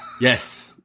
Yes